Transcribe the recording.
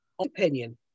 opinion